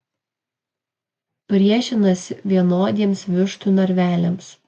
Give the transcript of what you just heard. priešinasi vienodiems vištų narveliams